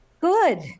Good